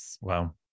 Wow